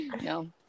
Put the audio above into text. no